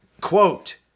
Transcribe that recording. Quote